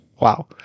Wow